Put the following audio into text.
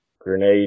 grenade